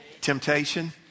Temptation